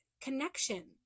connection